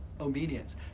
obedience